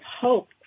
hope